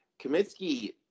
Kaminsky